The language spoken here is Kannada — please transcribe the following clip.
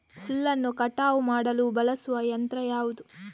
ಹುಲ್ಲನ್ನು ಕಟಾವು ಮಾಡಲು ಬಳಸುವ ಯಂತ್ರ ಯಾವುದು?